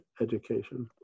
education